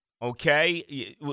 okay